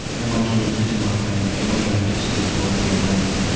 am i connected to my family, am i going to school, do i feel valued?